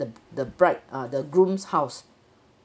the the bride err the groom's house